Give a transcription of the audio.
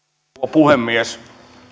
puhemies